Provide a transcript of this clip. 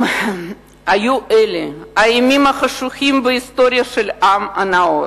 היו אלה הימים החשוכים בהיסטוריה של העם הנאור,